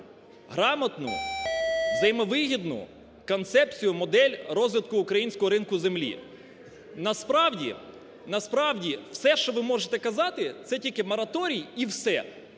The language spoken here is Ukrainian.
грамотну, взаємовигідну концепцію, модель розвитку українського ринку землі. Насправді, насправді, все, що ви можете казати, це тільки мораторій і все.